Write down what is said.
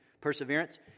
perseverance